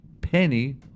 Penny